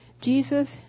Jesus